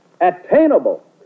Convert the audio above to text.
attainable